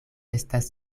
estas